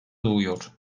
doğuyor